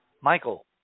Michael